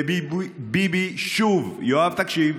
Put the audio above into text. וביבי שוב, יואב, תקשיב,